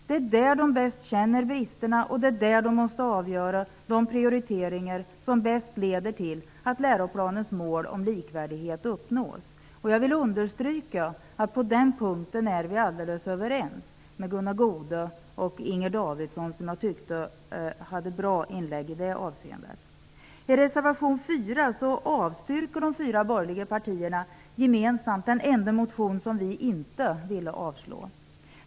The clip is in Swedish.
Det är där de bäst känner till bristerna och det är där de prioriteringar måste göras som bäst leder till att läroplanens mål om likvärdighet uppnås. Jag vill understryka att vi på den punkten är helt överens med Gunnar Goude och Inger Davidson, som jag tycker hade bra inlägg i det avseendet. I reservation 4 avstyrker de fyra borgerliga partierna gemensamt den enda motion som vi inte ville avslå.